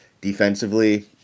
Defensively